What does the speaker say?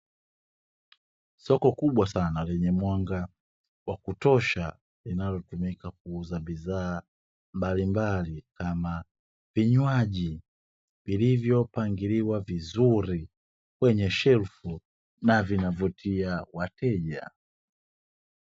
Soko kubwa sana lenye mwanga wa kutosha linalotumika kuuza bidhaa mbalimbali kama vinywaji, vilivyopangiliwa vizuri kwenye shelfu na vinavutia wateja.